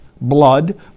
blood